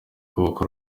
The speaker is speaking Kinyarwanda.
kubaka